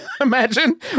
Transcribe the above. imagine